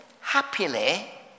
happily